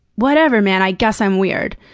whatever, man. i guess i'm weird.